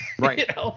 Right